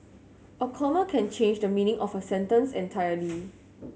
a comma can change the meaning of a sentence entirely